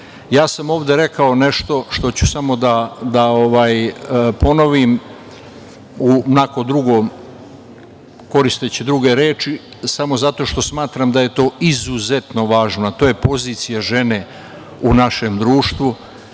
sam ovde rekao nešto što ću samo da ponovim, koristeći druge reči, samo zato što smatram izuzetno važno, a to je pozicija žene u našem društvu,